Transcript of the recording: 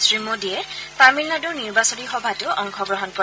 শ্ৰীমোডীয়ে তামিলনাডুৰ নিৰ্বাচনী সভাতো অংশগ্ৰহণ কৰে